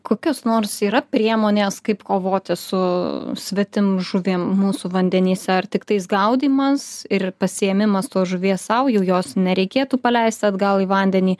kokios nors yra priemonės kaip kovoti su svetimžuvim mūsų vandenyse ar tiktais gaudymas ir pasiėmimas to žuvies sau jau jos nereikėtų paleist atgal į vandenį